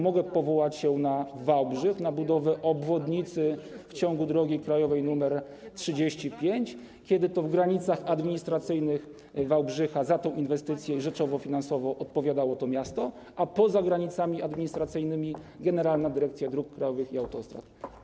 Mogę powołać się na Wałbrzych, na budowę obwodnicy w ciągu drogi krajowej nr 35, kiedy to w granicach administracyjnych Wałbrzycha za tę inwestycję rzeczowo i finansowo odpowiadało to miasto, a poza granicami administracyjnymi Generalna Dyrekcja Dróg Krajowych i Autostrad.